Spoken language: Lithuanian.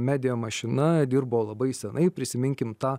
media mašina dirbo labai senai prisiminkim tą